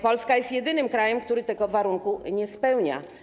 Polska jest jedynym krajem, który tego warunku nie spełnia.